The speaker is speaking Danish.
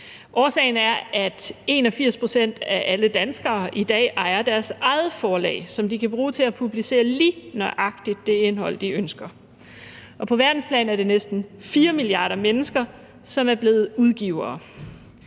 Årsagen er, at 81 pct. af alle danskere i dag ejer deres eget forlag, som de kan bruge til at publicere lige nøjagtig det indhold, de ønsker. På verdensplan er det næsten 4 milliarder mennesker, som er blevet udgivere.